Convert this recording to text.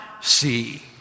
see